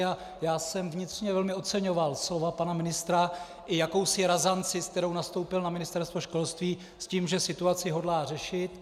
A já jsem vnitřně velmi oceňoval slova pana ministra i jakousi razanci, s kterou nastoupil na Ministerstvo školství s tím, že situaci hodlá řešit.